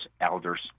elders